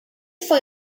foi